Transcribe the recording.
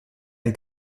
ein